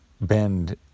bend